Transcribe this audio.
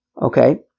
Okay